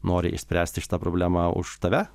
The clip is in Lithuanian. nori išspręsti šitą problemą už tave